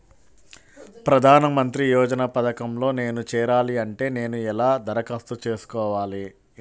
ప్రధాన మంత్రి యోజన పథకంలో నేను చేరాలి అంటే నేను ఎలా దరఖాస్తు చేసుకోవాలి?